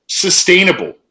sustainable